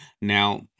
now